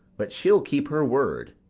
but she'll keep her word.